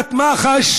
בדיקת מח"ש,